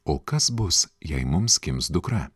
o kas bus jei mums gims dukra